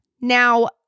Now